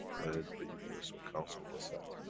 when the universal council was set.